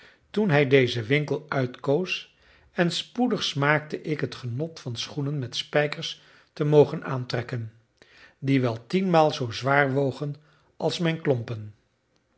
toen hij dezen winkel uitkoos en spoedig smaakte ik het genot van schoenen met spijkers te mogen aantrekken die wel tienmaal zoo zwaar wogen als mijn klompen